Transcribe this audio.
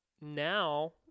now